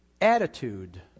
attitude